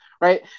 Right